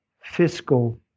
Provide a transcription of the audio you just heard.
fiscal